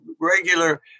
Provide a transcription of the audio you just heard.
regular